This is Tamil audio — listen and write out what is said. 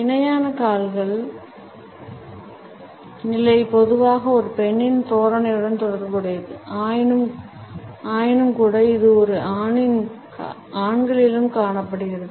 இணையான கால் நிலை பொதுவாக ஒரு பெண்ணின் தோரணையுடன் தொடர்புடையது ஆயினும்கூட இது ஆண்களிலும் காணப்படுகிறது